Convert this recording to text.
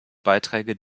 beiträge